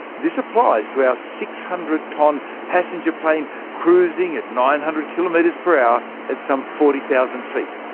this applies to our six hundred tonne passenger plane cruising at nine hundred kilometres per hour at some forty thousand feet.